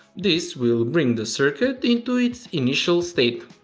this will bring the circuit into its initial state,